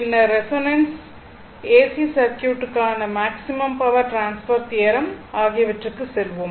பின்னர் ரெசோனன்ஸ் மற்றும் ஏசி சர்க்யூட்க்கான மேக்ஸிமம் பவர் டிரான்ஸ்பர் தியரம் ஆகியவற்றிற்கு செல்வோம்